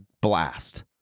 blast